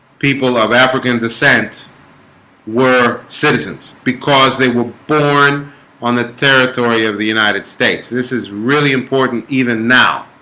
people of african descent were citizens because they were born on the territory of the united states. this is really important even now